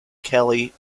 kelly